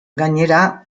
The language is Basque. gainera